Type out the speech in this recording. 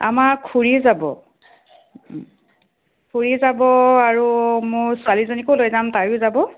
আমাৰ খুৰী যাব খুৰী যাব আৰু মোৰ ছোৱালীজনীকো লৈ যাম তায়ো যাব